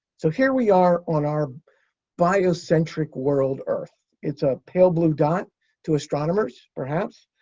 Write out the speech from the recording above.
so, here we are on our biocentric world, earth. it's a pale blue dot to astronomers, perhaps.